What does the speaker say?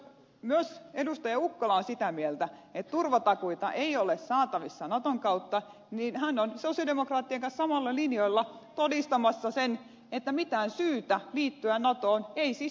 ukkola on sitä mieltä että turvatakuita ei ole saatavissa naton kautta niin hän on sosialidemokraattien kanssa samoilla linjoilla todistamassa sen että mitään syytä liittyä natoon ei siis todellakaan ole